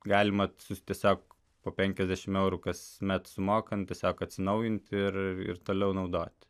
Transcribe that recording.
galima sus tiesiog po penkiasdešimt eurų kasmet sumokant tiesiog atsinaujinti ir ir toliau naudoti